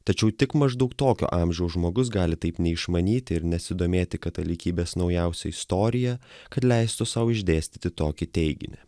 tačiau tik maždaug tokio amžiaus žmogus gali taip neišmanyti ir nesidomėti katalikybės naujausia istorija kad leistų sau išdėstyti tokį teiginį